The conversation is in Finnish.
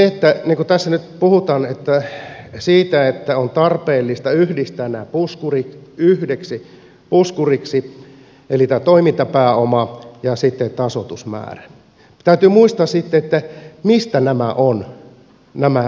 kun tässä nyt puhutaan siitä että on tarpeellista yhdistää nämä puskurit yhdeksi puskuriksi eli tämä toimintapääoma ja sitten tasoitusmäärä täytyy muistaa sitten mistä nämä rahat ovat